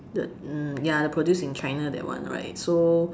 the uh ya the produced in China that one right so